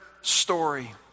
story